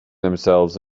themselves